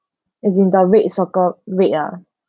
as in the red circle wait ah